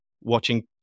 watching